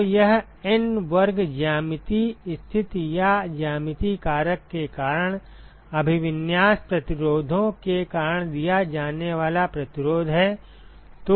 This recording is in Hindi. तो यह N वर्ग ज्यामितीय स्थिति या ज्यामितीय कारक के कारण अभिविन्यास प्रतिरोधों के कारण दिया जाने वाला प्रतिरोध है